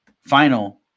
final